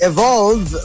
Evolve